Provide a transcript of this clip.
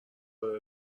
داره